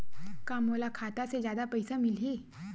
का मोला खाता से जादा पईसा मिलही?